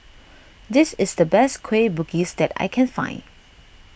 this is the best Kueh Bugis that I can find